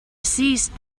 ceased